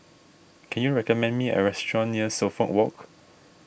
can you recommend me a restaurant near Suffolk Walk